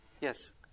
Yes